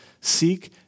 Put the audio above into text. seek